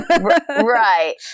Right